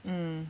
mm